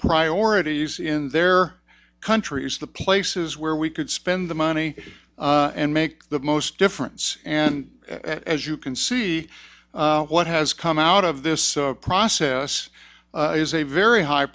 priorities in their countries the places where we could spend the money and make the most difference and as you can see what has come out of this process is a very high